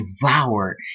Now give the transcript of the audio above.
devour